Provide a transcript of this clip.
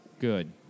Good